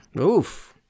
Oof